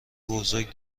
بزرگ